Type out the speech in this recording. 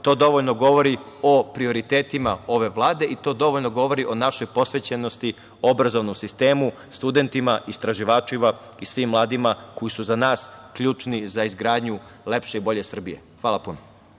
to dovoljno govori o prioritetima ove vlade i to dovoljno govori o našoj posvećenosti obrazovnom sistemu, studentima, istraživačima i svim mladima koji su za nas ključni za izgradnju lepše i bolje Srbije. Hvala puno.